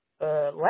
last